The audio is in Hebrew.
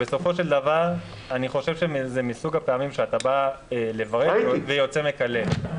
בסופו של דבר אני חושב שזה מסוג הפעמים שאתה בא לברך ויוצא מקלל.